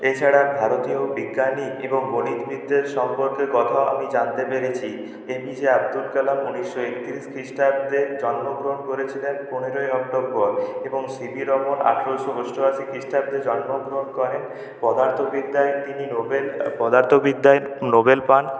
এছাড়া ভারতীয় বিজ্ঞানী এবং গণিতবিদদের সম্পর্কের কথাও আমি জানতে পেরেছি এপিজে আবদুল কালাম উনিশশো একতিরিশ খ্রিস্টাব্দে জন্মগ্রহণ করেছিলেন পনেরোই অক্টোবর এবং সিভি রমন আঠেরোশো অষ্টআশি খ্রিস্টাব্দে জন্মগ্রহণ করেন পদার্থবিদ্যায় তিনি নোবেল পদার্থবিদ্যায় নোবেল পান